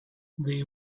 they